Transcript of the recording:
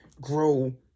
grow